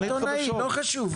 עיתונאי, לא חשוב.